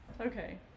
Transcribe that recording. Okay